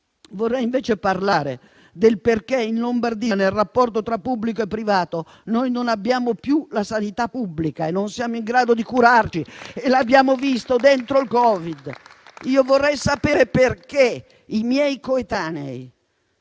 vorrei parlare del perché, nel rapporto tra pubblico e privato, in Lombardia noi non abbiamo più la sanità pubblica e non siamo in grado di curarci. Lo abbiamo visto durante il Covid-19. Io vorrei sapere perché i miei coetanei,